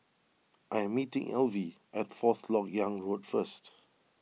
I am meeting Elvie at Fourth Lok Yang Road first